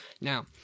Now